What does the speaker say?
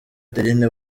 adeline